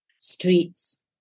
streets